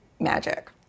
magic